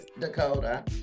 dakota